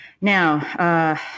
Now